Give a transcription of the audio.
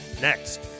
next